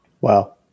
Wow